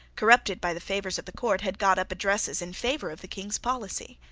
corrupted by the favours of the court, had got up addresses in favour of the king's policy.